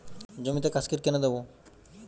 জমিতে কাসকেড কেন দেবো?